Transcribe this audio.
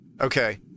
Okay